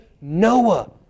Noah